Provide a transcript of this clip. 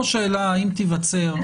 על